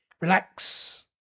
relax